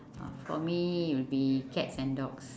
uh for me will be cats and dogs